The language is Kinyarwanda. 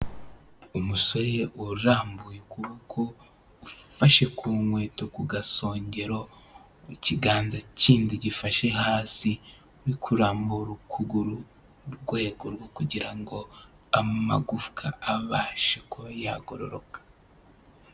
Umusore urambuye ukuboko ufashe ku nkweto ku gasongero ikiganza kindi gifashe hasi uri kurambura ukuguru mu rwego rwo kugira ngo amagufwa abashe kuba yagororoka.